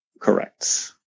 Correct